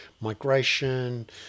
migration